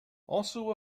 also